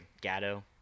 gatto